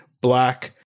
black